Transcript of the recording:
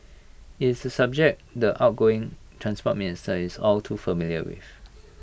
IT is A subject the outgoing Transport Minister is all too familiar with